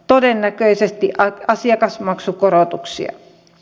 todennäköisesti asiakasmaksukorotuksia